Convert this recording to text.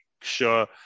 sure